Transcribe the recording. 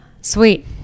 Sweet